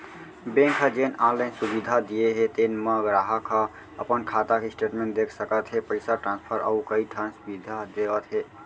bank ह जेन online सुबिधा दिये हे तेन म गराहक ह अपन खाता के स्टेटमेंट देख सकत हे, पइसा ट्रांसफर अउ कइ ठन सुबिधा देवत हे